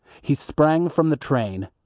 he sprang from the train.